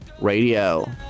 Radio